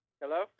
Hello